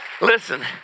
listen